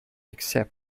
accept